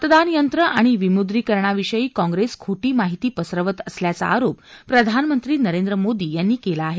मतदान यंत्रं आणि विमुद्रीकरणाविषयी काँग्रेस खोटी माहीती पसरवत असल्याचा आरोप प्रधानमंत्री नरेंद्र मोदी यांनी केला आहे